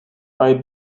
bei